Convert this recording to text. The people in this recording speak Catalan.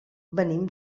venim